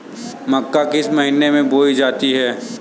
मक्का किस महीने में बोई जाती है?